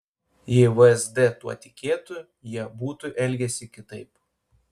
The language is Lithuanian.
jei vsd tuo tikėtų jie būtų elgęsi kitaip